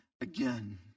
again